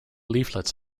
leaflets